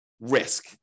risk